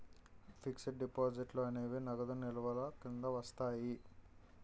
fixed డిపాజిట్లు అనేవి నగదు నిల్వల కింద వస్తాయి